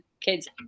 kids